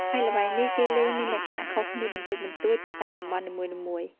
ហើយល្បែងនេះគេលេងមានលក្ខណៈខុសគ្នាបន្តិចបន្តួចទៅតាមតំបន់នីមួយៗ។